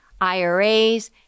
IRAs